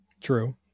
True